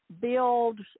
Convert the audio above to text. build